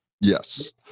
Yes